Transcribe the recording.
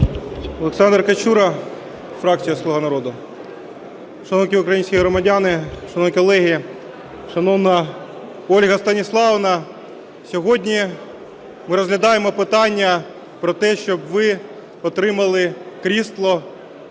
Олександр Качура, фракція "Слуга народу". Шановні українські громадяни, шановні колеги, шановна Ольга Станіславівна! Сьогодні ми розглядаємо питання про те, щоб ви отримали крісло